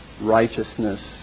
righteousness